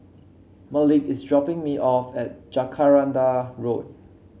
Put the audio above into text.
Malik is dropping me off at Jacaranda Road